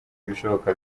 ibishoboka